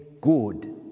good